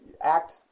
Act